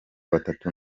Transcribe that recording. batatu